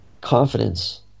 confidence